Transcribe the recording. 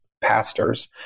pastors